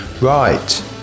right